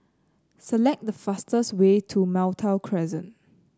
select the fastest way to Malta Crescent